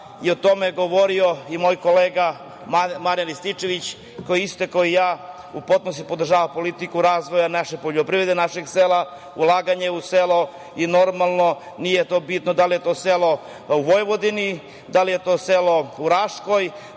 i o tome je govorio i moj kolega Marijan Rističević, koji isto, kao i ja, u potpunosti podržava politiku razvoja naše poljoprivrede, našeg sela, ulaganje u selo i nije to bitno da li je to selo u Vojvodini, da li je to selo u Raškoj,